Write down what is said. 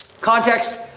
context